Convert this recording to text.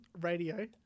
radio